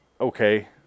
okay